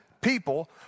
people